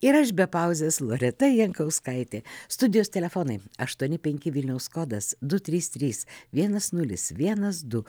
ir aš be pauzės loreta jankauskaitė studijos telefonai aštuoni penki vilniaus kodas du trys trys vienas nulis vienas du